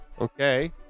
Okay